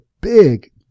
big